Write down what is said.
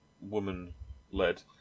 woman-led